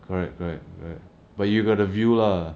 correct correct correct but you got the view lah